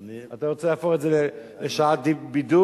אתה רוצה להפוך את זה לשעת בידור?